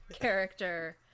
character